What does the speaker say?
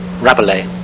Rabelais